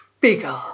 bigger